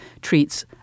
treats